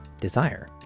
desire